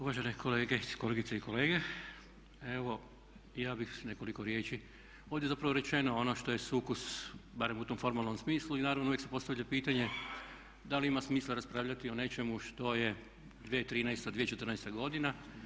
Uvažene kolegice i kolege, evo ja bih s nekoliko riječi, ovdje je zapravo rečeno ono što je sukus barem u tom formalnom smislu i naravno uvijek se postavlja pitanje da li ima smisla raspravljati o nečemu što je 2013., 2014. godina.